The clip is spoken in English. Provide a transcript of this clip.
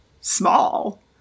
small